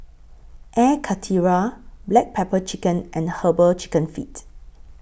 Air Karthira Black Pepper Chicken and Herbal Chicken Feet